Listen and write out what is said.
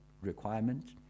requirement